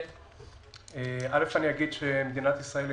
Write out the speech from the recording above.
מדינת ישראל,